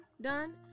done